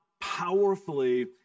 powerfully